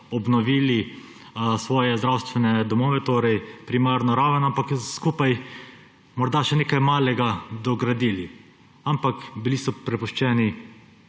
obnovili svoje zdravstvene domove, torej primarno raven, ampak jo skupaj morda še nekaj malega dogradili. Ampak bili so prepuščeni